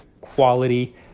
quality